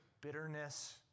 bitterness